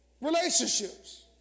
relationships